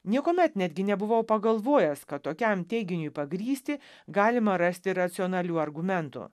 niekuomet netgi nebuvau pagalvojęs kad tokiam teiginiui pagrįsti galima rasti racionalių argumentų